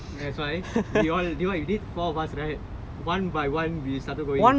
that's why we all you know what we did four of us right one by one we started going